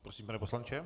Prosím, pane poslanče.